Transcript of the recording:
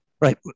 right